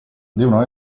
devono